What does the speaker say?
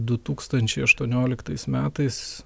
du tūkstančiai aštuonioliktais metais